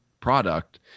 product